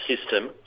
system